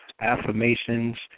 affirmations